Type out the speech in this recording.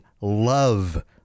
love